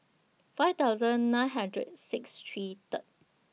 five thousand nine hundred six three Third